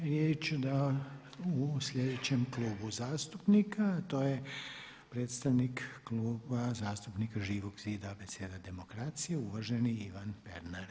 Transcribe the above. Sada bi riječ dao sljedećem klubu zastupnika, a to je predstavnik Kluba zastupnika Živog zida Abeceda demokracije uvaženi Ivan Pernar.